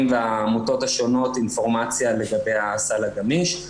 והעמותות השונות אינפורמציה לגבי הסל הגמיש.